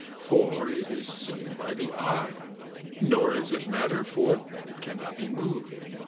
for it is seen by the eye nor is it matter, for it cannot be moved.